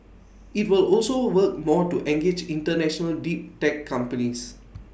IT will also work more to engage International deep tech companies